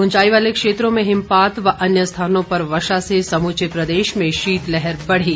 ऊंचाई वाले क्षेत्रों में हिमपात व अन्य स्थानों पर वर्षा से समूचे प्रदेश में शीतलहर बढ़ी